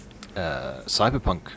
Cyberpunk